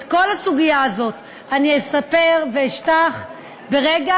ואת כל הסוגיה הזאת אני אספר ואשטח ברגע